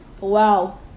Wow